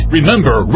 Remember